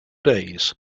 days